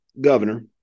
governor